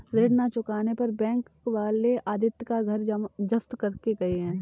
ऋण ना चुकाने पर बैंक वाले आदित्य का घर जब्त करके गए हैं